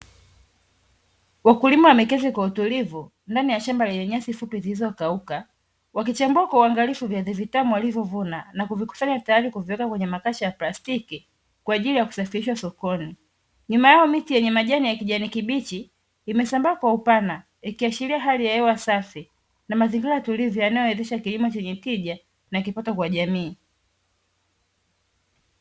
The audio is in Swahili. Wakulima wameketi kwa utulivu ndani ya shamba lenye nyasi fupi zilizokauka, wakichambua kwa uangalifu viazi vitamu walivyovuna na kuvikusanya, tayari kuviweka kwenye makasha ya plastiki kwa ajili ya kusafirisha sokoni. Nyuma yao miti yenye majani ya kijani kibichi imesambaa kwa upana, ikiashiria hali ya hewa safi na mazingira tulivu, yanayowezesha kilimo chenye tija na kipato kwa jamii.